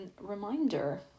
reminder